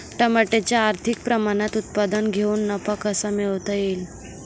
टमाट्याचे अधिक प्रमाणात उत्पादन घेऊन नफा कसा मिळवता येईल?